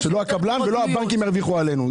שלא הקבלן ושלא הבנקים ירוויחו עלינו.